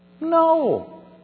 No